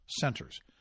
centers